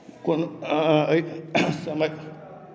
कोनो एहि समय